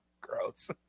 gross